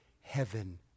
Heaven